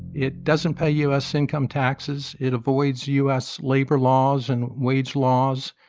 it doesn't pay u s. income taxes. it avoids u s. labor laws and wage laws.